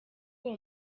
uwo